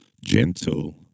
Gentle